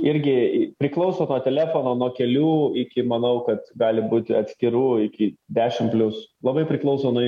irgi priklauso nuo telefono nuo kelių iki manau kad gali būti atskirų iki dešim plius labai priklauso nuo